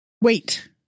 wait